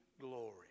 glory